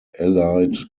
allied